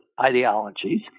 ideologies